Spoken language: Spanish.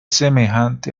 semejante